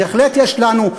בהחלט יש לנו,